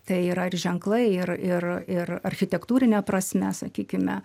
tai yra ir ženklai ir ir ir architektūrine prasme sakykime